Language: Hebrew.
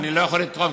אני לא יכול לתרום,